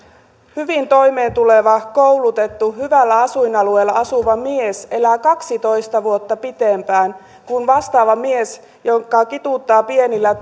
hyvin toimeentuleva koulutettu hyvällä asuinalueella asuva mies elää kaksitoista vuotta pitempään kuin vastaava mies joka kituuttaa pienillä